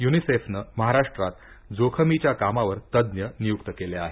युनिसेफने महाराष्ट्रात जोखमीच्या कामावर तज्ञ नियुक्त केले आहेत